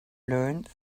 learned